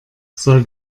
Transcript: soll